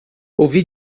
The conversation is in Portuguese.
ouvi